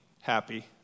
happy